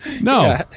No